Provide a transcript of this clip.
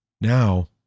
now